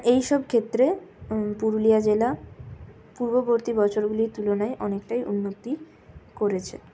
এইসব ক্ষেত্রে পুরুলিয়া জেলা পূর্ববর্তী বছরগুলোর তুলনায় অনেকটাই উন্নতি করেছে